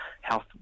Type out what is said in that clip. health